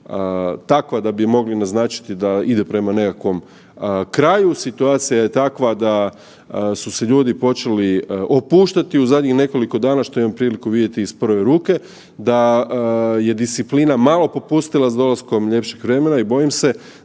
takva da bi mogli naznačiti da ide prema nekakvom kraju. Situacija je takva da su se ljudi počeli opuštati u zadnjih nekoliko dana, što imam priliku vidjeti iz prve ruke, da je disciplina malo popustila s dolaskom ljepšeg vremena i bojim se